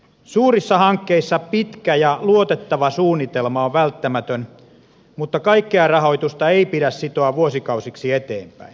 suurissa hankkeissa pitkä ja luotettava suunnitelma on välttämätön mutta kaikkea rahoitusta ei pidä sitoa vuosikausiksi eteenpäin